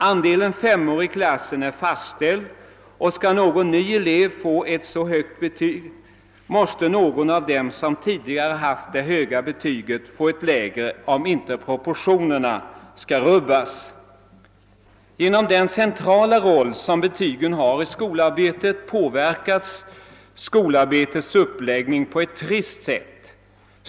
Andelen av t.ex. d:or i klassen är fastställd, och om någon elev i klassen skall kunna höja sitt betyg till en 5:a, måste den som tidigare fått detta höga vitsord erhålla ett lägre sådant för att proportionerna inte skall ändras. Den centrala roll betygen har i skolarbetet påverkar dettas uppläggning på ett trist sätt.